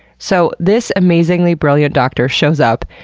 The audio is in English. so this amazingly brilliant doctor shows up,